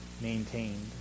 maintained